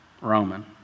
Roman